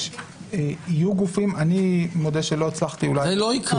אני מודה שאולי לא הצלחתי.